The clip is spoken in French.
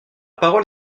parole